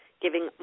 giving